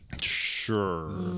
Sure